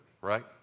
right